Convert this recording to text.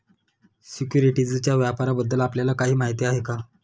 सिक्युरिटीजच्या व्यापाराबद्दल आपल्याला काही माहिती आहे का?